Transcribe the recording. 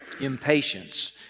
impatience